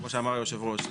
כמו שאמר יושב הראש.